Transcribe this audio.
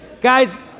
Guys